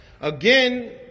Again